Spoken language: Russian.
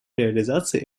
реализации